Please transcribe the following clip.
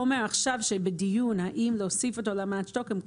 חומר שבדיון עכשיו האם להוסיף אותו לאמנת שטוקהולם,